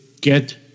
get